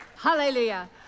Hallelujah